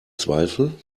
zweifel